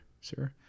sir